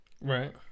Right